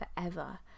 forever